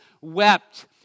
wept